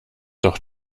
doch